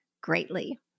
greatly